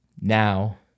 Now